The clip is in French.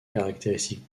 caractéristique